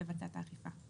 ולבצע את האכיפה.